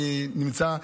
אני נמצא,